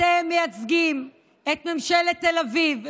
אתם מייצגים את ממשלת תל אביב,